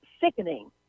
sickening